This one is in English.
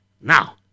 Now